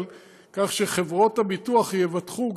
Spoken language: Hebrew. אבל כך שחברות הביטוח יבטחו,